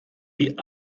wie